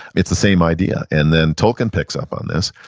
it's the same idea, and then tolkien picks up on this.